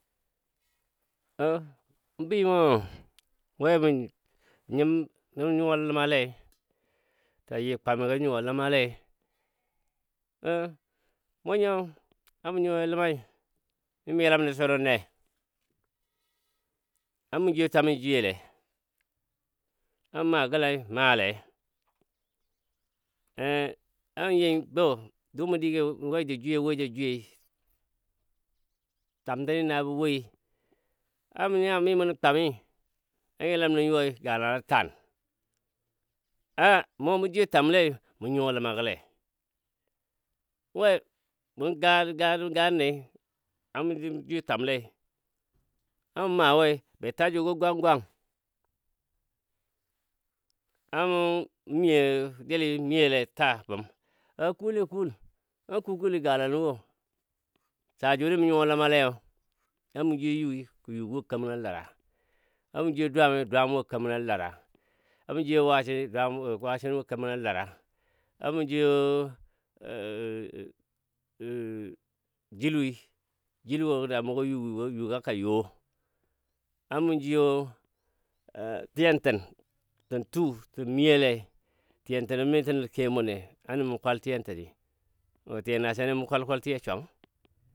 O bəi mɔ we mə nyim nu nyuwa ləma le ta yi kwamigən nyuwa ləma lei mɔ nyo a mɔ nyuwa nyuwa ləmai mi mɔ yəlam nəsurunne a mɔ jwiyo twami you jwiyo le a mɔ ma gəlai maale anyi gɔ dumɔ digi we ja jwiyoi we ja jwiyoi twamtəni na bə woi na nya mi muna twami na yilam nə yuwai galana tan a mu a mɔ nya mi mɔnən twami a yilam nə yuwai galana tan a mɔ mɔjwiyo twamlei mɔ nyuwa ləmagə le we mɔ ga ga ganne a mɔ jwiyo twam lei, a mɔ maa wei be ta jugɔ gwang gwang, a mɔ miyo jəli miyo le ta a bum ka kule kul nan ku kuli galanwo, sa juni mɔ nyuwa ləma lei, na mɔ jwiyo yui yuu gə wo keməna lara a mɔ jwiyo dwami dwamɔ wo kaməna lara a mɔ jwiyo wasinɔ dwamɔ wasinɔ wo kaməna lara a mɔ jwiyo julu julu wo na mugɔ yuu gəgəm yugɔ ka yo, a mɔ jwiyo tiyantən sən tuu sən miyo lei tiyan tənə mitə nəl kemun ne a nəmɔ mɔ kwal tiyantəni ɔ tiya nasana mɔ kwal kwal tiya swang.